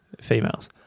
females